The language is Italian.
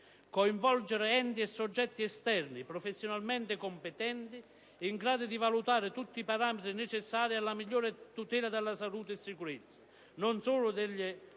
coinvolgere enti e soggetti esterni professionalmente competenti in grado di valutare tutti i parametri necessari alla migliore tutela della salute e sicurezza, non solo del